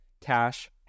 Cash